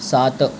सात